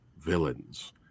villains